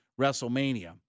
WrestleMania